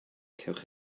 cewch